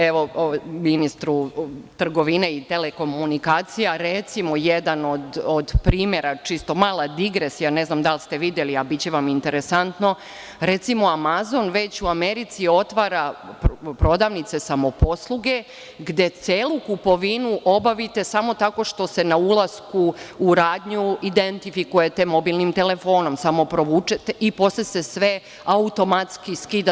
Evo, ministru trgovine i telekomunikacija, recimo, jedan od primera, čisto mala digresija, ne znam da li ste videli a biće vam interesantno, recimo Amazon već u Americi otvara prodavnice samoposluge, gde celu kupovinu obavite samo tako što se na ulasku u radnju identifikujete mobilnim telefonom, samo provučete i posle se sve automatski skida.